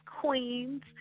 Queens